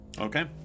okay